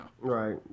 right